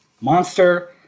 Monster